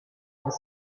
was